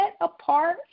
apart